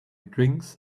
drinks